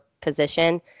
position